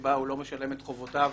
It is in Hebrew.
שבה הוא לא משלם את חובותיו